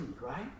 right